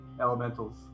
elementals